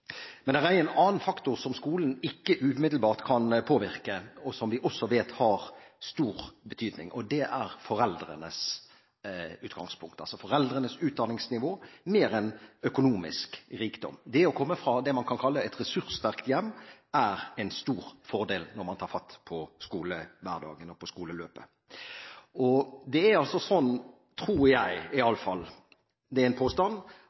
Men det er en annen faktor som skolen ikke umiddelbart kan påvirke, og som vi også vet har stor betydning. Det er foreldrenes utgangspunkt – foreldrenes utdanningsnivå mer enn økonomisk rikdom. Det å komme fra det man kan kalle et ressurssterkt hjem, er en stor fordel når man tar fatt på skolehverdagen og skoleløpet. Det er en påstand, men jeg tror at forskjellene i